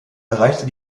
erreichte